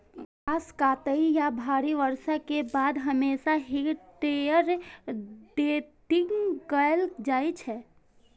घास काटै या भारी बर्षा के बाद हमेशा हे टेडर टेडिंग कैल जाइ छै